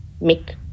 make